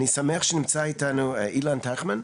אני שמח שנמצא איתנו אילן טייכמן,